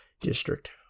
district